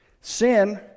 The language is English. Sin